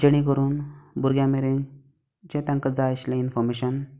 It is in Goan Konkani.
जेणें करून भुरग्यां मेरेन जें तांकां जाय आशिल्लें इनफोर्मेशन